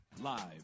Live